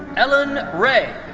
ellen ray.